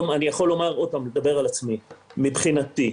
אדבר על עצמי, מבחינתי,